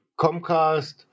Comcast